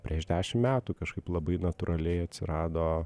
prieš dešim metų kažkaip labai natūraliai atsirado